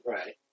Right